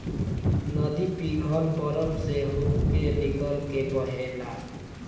नदी पिघल बरफ से होके निकल के बहेला